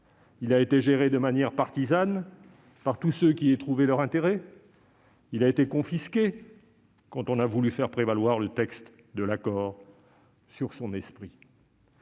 a été géré de manière partisane par tous ceux qui y trouvaient leur intérêt. Il a été confisqué quand on a voulu faire prévaloir son texte sur son esprit.